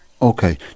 Okay